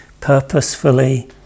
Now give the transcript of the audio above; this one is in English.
purposefully